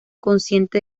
consciente